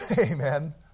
Amen